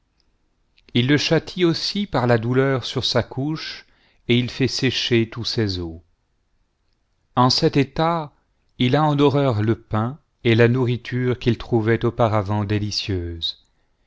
il le châtie aussi par la douleur sur sa couche et il fait sécher tous ses eaux en cet état il a en horreur le pain et la nourriture qu'il trouvait auparavant